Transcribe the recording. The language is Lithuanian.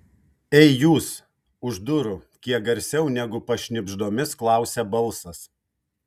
ei jūs už durų kiek garsiau negu pašnibždomis klausia balsas